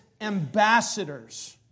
ambassadors